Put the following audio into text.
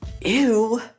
Ew